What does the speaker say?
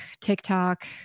TikTok